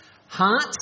heart